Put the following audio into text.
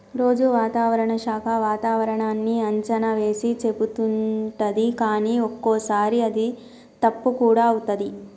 రోజు వాతావరణ శాఖ వాతావరణన్నీ అంచనా వేసి చెపుతుంటది కానీ ఒక్కోసారి అది తప్పు కూడా అవుతది